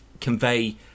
convey